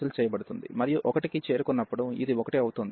మరియు 1 కి చేరుకున్నప్పుడు ఇది 1 అవుతుంది